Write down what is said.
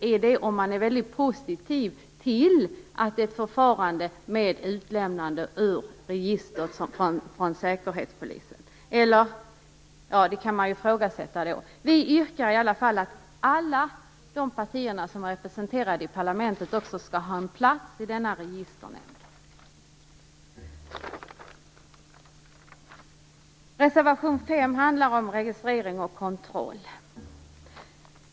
Är det om man är positiv till ett förfarande med utlämnande ur säkerhetspolisens register? Det kan i så fall ifrågasättas. Vi yrkar i alla fall på att alla partier som är representerade i parlamentet också skall ha en plats i denna registernämnd. Reservation 5 handlar om registrering och kontroll.